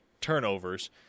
turnovers